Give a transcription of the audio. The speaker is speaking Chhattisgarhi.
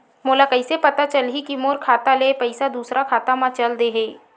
मोला कइसे पता चलही कि मोर खाता ले पईसा दूसरा खाता मा चल देहे?